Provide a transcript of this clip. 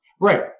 Right